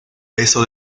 beso